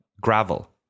gravel